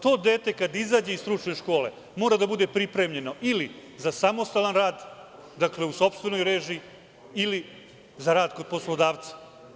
To dete kada izađe iz stručne škole mora da bude pripremljeno ili za samostalan rad, dakle, u sopstvenoj režiji ili za rad kod poslodavca.